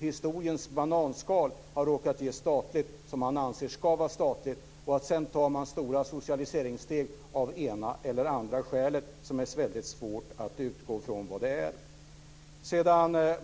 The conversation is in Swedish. historiens bananskal som har råkat att ge staten det som han anser ska vara statligt och sedan tar man stora socialiseringssteg av det ena eller andra skälet som är väldigt svårt att utröna.